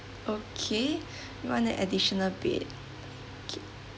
okay you want the additional bed okay